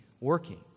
working